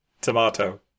tomato